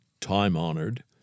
time-honored